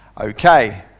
okay